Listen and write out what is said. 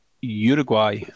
Uruguay